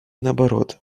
наоборот